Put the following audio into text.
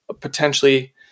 potentially